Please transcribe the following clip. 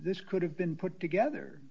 this could have been put together